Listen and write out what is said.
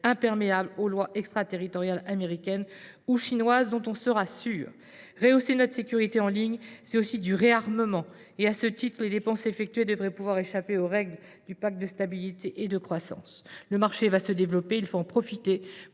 imperméables aux lois extraterritoriales américaines ou chinoises et dont nous serons sûrs. Rehausser notre sécurité en ligne, c’est aussi du réarmement : à ce titre, les dépenses effectuées devraient pouvoir échapper aux règles du pacte de stabilité et de croissance. Le marché va se développer : il faut en profiter